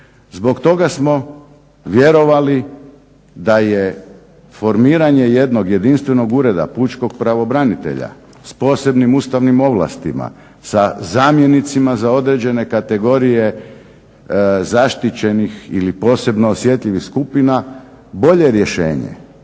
Zbog toga smo vjerovali da je formiranje jednog jedinstvenog ureda pučkog pravobranitelja s posebnim ustavnim ovlastima, sa zamjenicima za određene kategorije zaštićenih ili posebno osjetljivih skupina bolje rješenje